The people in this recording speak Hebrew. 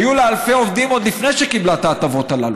היו לה אלפי עובדים עוד לפני שקיבלה את ההטבות הללו.